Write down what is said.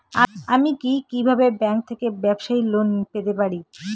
আমি কি কিভাবে ব্যাংক থেকে ব্যবসায়ী লোন পেতে পারি?